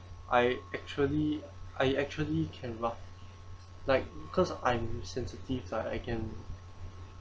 I actually I actually can lah like cause I'm sensitive I can